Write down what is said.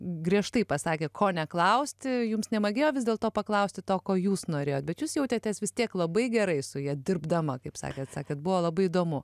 griežtai pasakė ko neklausti jums nemagėjo vis dėlto paklausti to ko jūs norėjot bet jūs jautėtės vis tiek labai gerai su ja dirbdama kaip sakėt kad buvo labai įdomu